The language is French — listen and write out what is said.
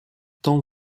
tant